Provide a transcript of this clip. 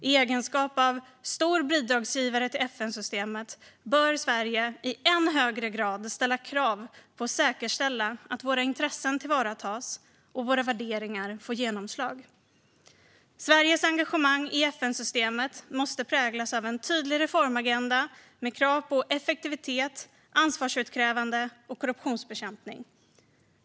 I egenskap av stor bidragsgivare till FN-systemet bör Sverige i än högre grad ställa krav på och säkerställa att våra intressen tillvaratas och att våra värderingar får genomslag. Sveriges engagemang i FN-systemet måste präglas av en tydlig reformagenda med krav på effektivitet, ansvarsutkrävande och korruptionsbekämpning.